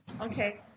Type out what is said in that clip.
Okay